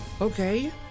okay